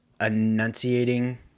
enunciating